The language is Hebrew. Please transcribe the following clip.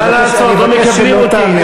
מה לעשות, לא מקבלים אותנו.